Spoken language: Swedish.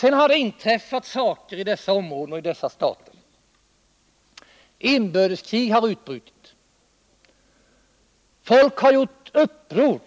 Därefter har det inträffat saker i dessa områden och stater: inbördeskrig har utbrutit, folk har gjort uppror.